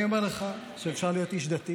אני אומר לך, אז אני אומר לך שאפשר להיות איש דתי